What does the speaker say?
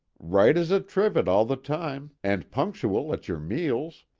right as a trivet all the time, and punctual at your meals.